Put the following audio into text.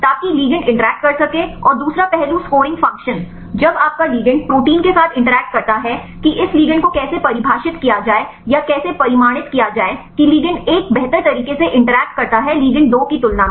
ताकि ligand interact कर सके और दूसरा पहलू स्कोरिंग फंक्शन जब आपका लिगैंड प्रोटीन के साथ इंटरैक्ट करता है कि इस लिगैंड को कैसे परिभाषित किया जाए या कैसे परिमाणित किया जाए की लिगैंड 1 बेहतर तरीके से इंटरैक्ट करता है लिगैंड 2 की तुलना में